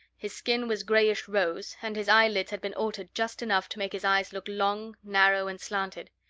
his skin was grayish-rose, and his eyelids had been altered just enough to make his eyes look long, narrow and slanted.